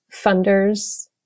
funders